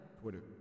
Twitter